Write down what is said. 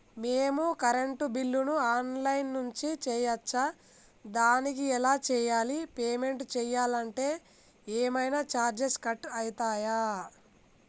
మేము కరెంటు బిల్లును online నుంచి చేయచ్చా? దానికి ఎలా చేయాలి? పేమెంట్ చేయాలంటే ఏమైనా చార్జెస్ కట్ అయితయా?